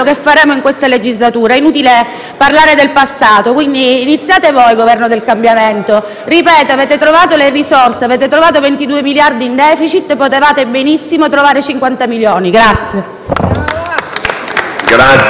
parlare del passato; iniziate voi, Governo del cambiamento. Ripeto che avete trovato le risorse, avete trovato 22 miliardi in *deficit* e potevate benissimo trovare 50 milioni.